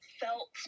felt